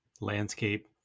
landscape